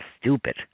stupid